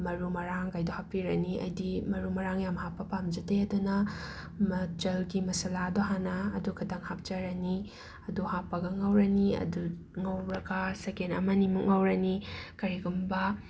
ꯃꯔꯨ ꯃꯔꯥꯡꯒꯩꯗꯣ ꯍꯥꯞꯄꯤꯔꯅꯤ ꯑꯩꯗꯤ ꯃꯔꯨ ꯃꯔꯥꯡ ꯌꯥꯝꯅ ꯍꯥꯞꯄ ꯄꯥꯝꯖꯗꯦ ꯑꯗꯨꯅ ꯃꯆꯜꯒꯤ ꯃꯁꯥꯂꯥꯗꯣ ꯍꯥꯟꯅ ꯑꯗꯨ ꯈꯇꯪ ꯍꯥꯞꯆꯔꯅꯤ ꯑꯗꯨ ꯍꯥꯞꯄꯒ ꯉꯧꯔꯅꯤ ꯑꯗꯨ ꯉꯧꯔꯒ ꯁꯦꯀꯦꯟ ꯑꯃ ꯅꯤꯃꯨꯛ ꯉꯧꯔꯅꯤ ꯀꯔꯤꯒꯨꯝꯕ